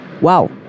Wow